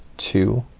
two,